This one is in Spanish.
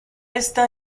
esta